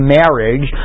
marriage